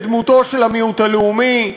בדמותו של המיעוט הלאומי,